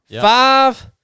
Five